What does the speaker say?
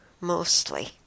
mostly